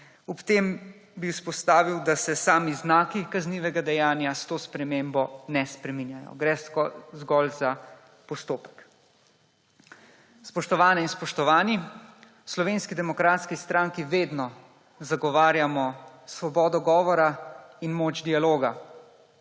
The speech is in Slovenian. Ob tem bi izpostavil, da se sami znaki kaznivega dejanja s to spremembo ne spreminjajo. Gre zgolj za postopek. Spoštovane in spoštovani, v Slovenski demokratski stranki vedno zagovarjamo svobodo govora in moč dialoga,